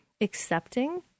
accepting